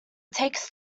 takes